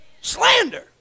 Slander